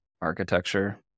architecture